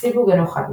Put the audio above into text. הסיווג אינו חד משמעי,